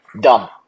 dumb